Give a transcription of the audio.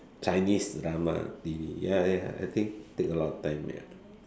Chinese drama T_V ya ya I think take a lot of time ya